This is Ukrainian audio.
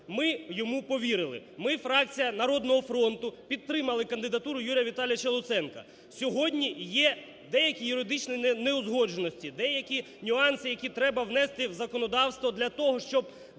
Ми йому повірили. Ми, фракція "Народного фронту", підтримали кандидатуру Юрія Віталійовича Луценка. Сьогодні є деякі юридичні неузгодженості, деякі нюанси, які треба внести в законодавство для того, щоб